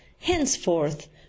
henceforth